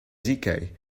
decay